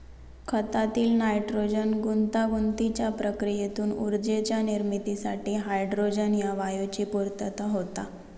खतातील नायट्रोजन गुंतागुंतीच्या प्रक्रियेतून ऊर्जेच्या निर्मितीसाठी हायड्रोजन ह्या वायूची पूर्तता होता